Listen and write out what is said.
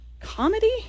comedy